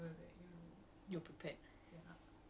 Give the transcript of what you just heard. oh my goodness somehow I'm very surprised okay